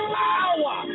power